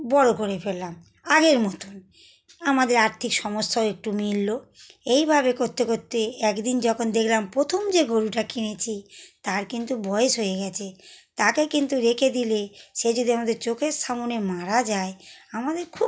বড় করে ফেললাম আগের মতন আমাদের আর্থিক সমস্যাও একটু মিটল এইভাবে করতে করতে একদিন যখন দেখলাম প্রথম যে গোরুটা কিনেছি তার কিন্তু বয়স হয়ে গিয়েছে তাকে কিন্তু রেখে দিলে সে যদি আমাদের চোখের সামনে মারা যায় আমাদের খুব